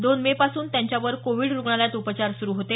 दोन मे पासून त्यांच्यावर कोविड रुग्णालयात उपचार सुरू होते